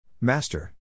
Master